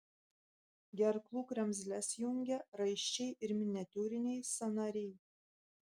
gerklų kremzles jungia raiščiai ir miniatiūriniai sąnariai